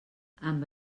amb